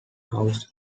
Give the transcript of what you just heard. house